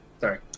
Sorry